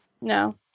No